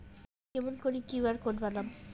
কেমন করি QR code বানাম?